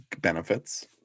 benefits